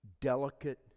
delicate